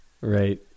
Right